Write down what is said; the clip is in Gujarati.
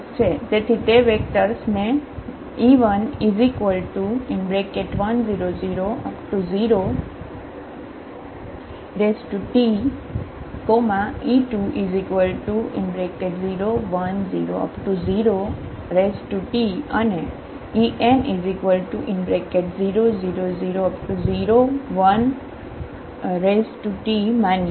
તેથી તે વેક્ટર્સ ને e11000T e20100T અને en00001T માનીએ